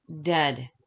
dead